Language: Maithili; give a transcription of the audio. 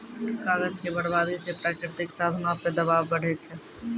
कागज के बरबादी से प्राकृतिक साधनो पे दवाब बढ़ै छै